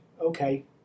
okay